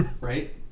Right